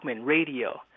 radio